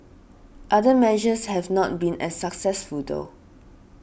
other measures have not been as successful though